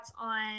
on